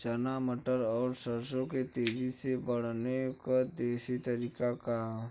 चना मटर और सरसों के तेजी से बढ़ने क देशी तरीका का ह?